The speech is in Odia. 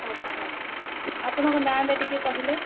ଆଚ୍ଛା ଆଚ୍ଛା ଆପଣଙ୍କ ନାଁଟା ଟିକେ କହିଲେ